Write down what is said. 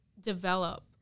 develop